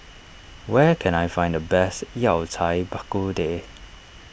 where can I find the best Yao Cai Bak Kut Teh